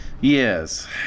Yes